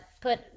put